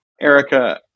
Erica